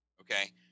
Okay